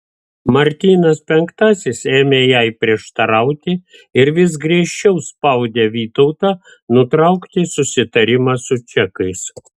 martynas penktasis ėmė jai prieštarauti ir vis griežčiau spaudė vytautą nutraukti susitarimą su čekais